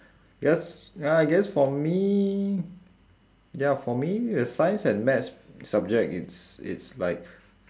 yes well I guess for me ya for me the science and math subject it's it's like